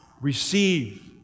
receive